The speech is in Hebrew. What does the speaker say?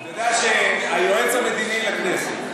אתה יודע שהיועץ המדיני לכנסת,